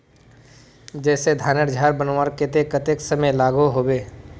जैसे धानेर झार बनवार केते कतेक समय लागोहो होबे?